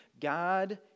God